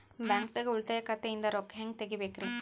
ಬ್ಯಾಂಕ್ದಾಗ ಉಳಿತಾಯ ಖಾತೆ ಇಂದ್ ರೊಕ್ಕ ಹೆಂಗ್ ತಗಿಬೇಕ್ರಿ?